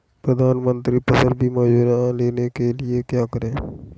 प्रधानमंत्री फसल बीमा योजना का लाभ लेने के लिए क्या करें?